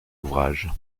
ouvrage